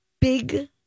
big